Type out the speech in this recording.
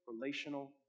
relational